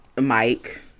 Mike